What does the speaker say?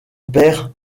père